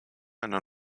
einer